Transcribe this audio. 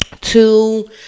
two